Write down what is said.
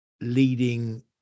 leading